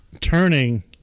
turning